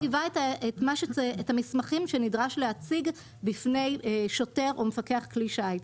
--- מכתיבה את המסמכים שנדרש להציג בפני שוטר או מפקח כלי שיט,